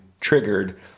triggered